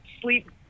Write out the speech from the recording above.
sleep